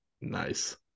Nice